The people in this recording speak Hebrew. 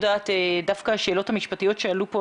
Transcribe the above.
דווקא השאלות המשפטיות שעלו פה,